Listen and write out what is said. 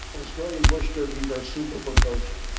australian bush turkeys are super precocial.